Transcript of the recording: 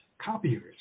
copiers